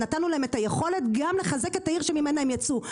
נתנו להם את היכולת לחזק את העיר שממנה הם יצאו.